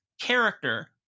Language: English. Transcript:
character